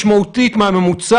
זו כבר סדרה אחרת.